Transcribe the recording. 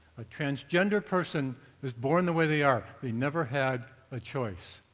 a transgender person is born the way they are, they never had a choice.